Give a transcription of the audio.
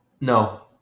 No